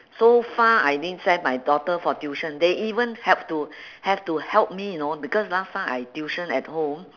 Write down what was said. so far I didn't send my daughter for tuition they even have to have to help me you know because last time I tuition at home